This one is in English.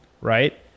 right